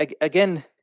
again